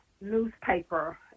newspaper